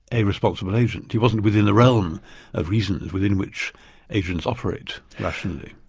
a responsible agent. he wasn't within the realm of reason within which agents operates rationally.